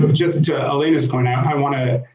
um just just alana's pronoun. i want to